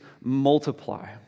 multiply